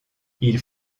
ils